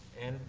and,